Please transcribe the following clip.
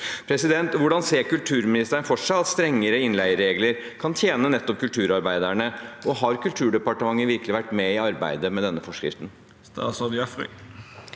selv. Hvordan ser kulturministeren for seg at strengere innleieregler kan tjene nettopp kulturarbeiderne? Har Kulturdepartementet virkelig vært med i arbeidet med denne forskriften?